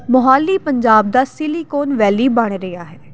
ਮੋਹਾਲੀ ਪੰਜਾਬ ਦਾ Silicon Valley ਬਣ ਰਿਹਾ ਹੈ